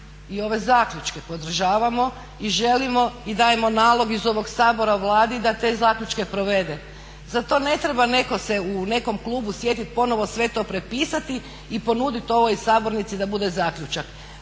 i ove zaključke podržavamo i želimo i dajemo nalog iz ovog Sabora Vladi da te zaključke provede. Za to ne treba netko se u nekom klubu sjetiti ponovno sve to prepisati i ponuditi ovoj sabornici da bude zaključak.